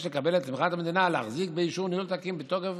לקבל את תמיכת המדינה להחזיק באישור ניהול תקין בתוקף